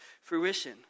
fruition